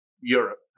Europe